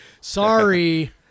Sorry